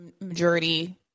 majority